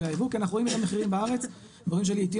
על הייבוא כי אנחנו את המחירים בארץ ורואים שלעיתים